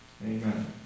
Amen